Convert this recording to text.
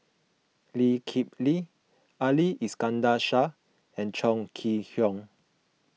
Lee Kip Lee Ali Iskandar Shah and Chong Kee Hiong